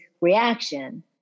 reaction